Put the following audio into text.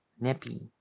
Nippy